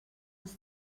els